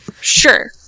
Sure